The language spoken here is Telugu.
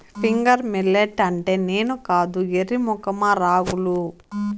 ఫింగర్ మిల్లెట్ అంటే నేను కాదు ఎర్రి మొఖమా రాగులు